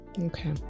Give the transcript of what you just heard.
Okay